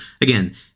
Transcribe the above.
again